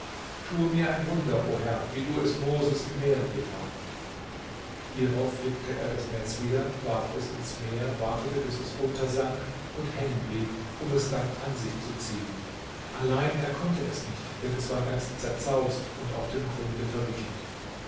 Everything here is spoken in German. tue mir ein wunder o herr wie du es moses im meere getan hierauf flickte er das netz wieder warf es ins meer wartete bis es untersank und hängen blieb um es dann an sich zu ziehen allein er konnte es nicht denn es war ganz zerzaust und auf dem grunde verwickelt